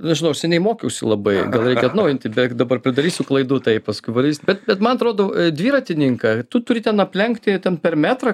nežinau aš seniai mokiausi labai gal reikia atnaujinti bek dabar pridarysiu klaidų tai paskui padarys bet bet man atrodo dviratininką tu turi ten aplenkti ten per metrą